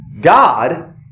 God